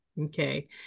Okay